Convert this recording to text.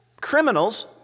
criminals